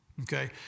Okay